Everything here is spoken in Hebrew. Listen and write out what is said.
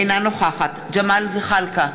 אינה נוכחת ג'מאל זחאלקה,